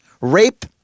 rape